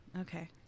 Okay